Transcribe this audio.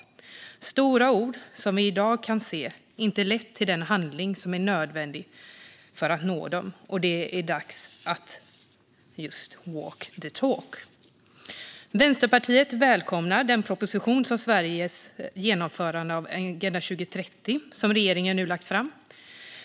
Det var stora ord som vi i dag kan se inte lett till den handling som är nödvändig för att nå målen, och det är dags att walk the talk. Vänsterpartiet välkomnar den proposition om Sveriges genomförande av Agenda 2030 som regeringen nu lagt fram.